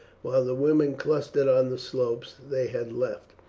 while the women, clustered on the slopes they had left,